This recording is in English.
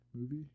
movie